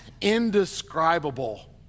indescribable